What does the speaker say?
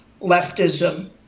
leftism